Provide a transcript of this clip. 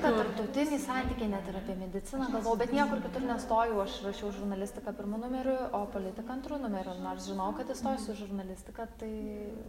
tarptautiniai santykiai net ir apie mediciną galvojau bet niekur kitur nestojau aš rašiau žurnalistiką pirmu numeriu o politiką antru numeriu nors žinojau kad įstosiu į žurnalistiką tai